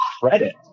credit